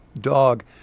dog